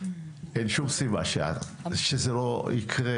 אין שום סיבה שזה לא ייקרה,